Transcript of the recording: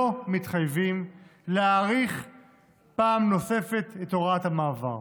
לא מתחייבים, להאריך פעם נוספת את הוראת המעבר.